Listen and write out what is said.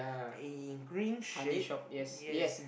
in green shade yes